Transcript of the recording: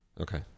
Okay